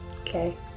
Okay